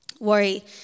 Worry